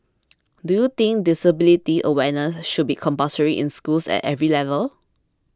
do you think disability awareness should be compulsory in schools at every level